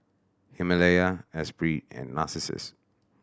Himalaya Espirit and Narcissus